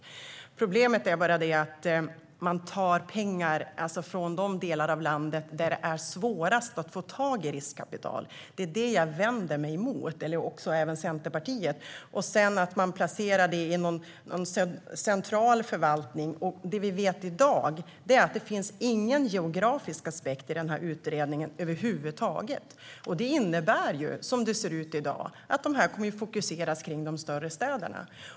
Men problemet är att man tar pengar från de delar av landet där det är svårast att få tag i riskkapital - det är det som jag och Centerpartiet vänder oss emot - och att man sedan placerar det i någon central förvaltning. Det som vi vet i dag är att det inte finns någon geografisk aspekt över huvud taget i denna utredning. Det innebär, som det ser ut i dag, att detta kommer att fokuseras kring de större städerna.